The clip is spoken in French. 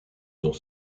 dans